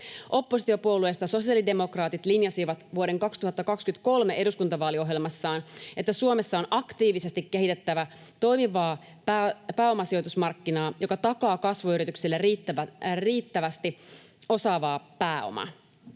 Oppositiopuolueista sosiaalidemokraatit linjasivat vuoden 2023 eduskuntavaaliohjelmassaan, että ”Suomessa on aktiivisesti kehitettävä toimivaa pääomasijoitusmarkkinaa, joka takaa kasvuyrityksille riittävästi osaavaa pääomaa”.